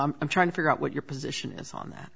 i'm i'm trying to figure out what your position is on that